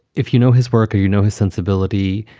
if you know his work or you know his sensibility,